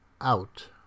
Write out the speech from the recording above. out